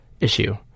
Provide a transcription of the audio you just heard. issue